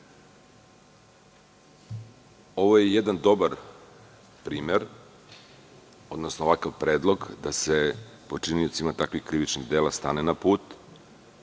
je jedan dobar primer, odnosno ovakav predlog, da se počiniocima takvih krivičnih dela stane na put,